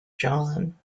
john